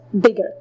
bigger